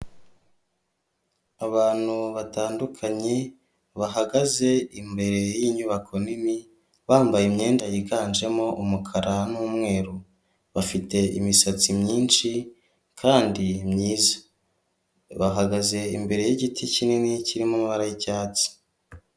Abantu batandukanye bahagaze imbere y'inyubako nini bambaye imyenda yiganjemo umukara n'umweru bafite imisatsi myinshi kandi myiza bahagaze imbere y'igiti kinini kirimo ibara y'icyatsi.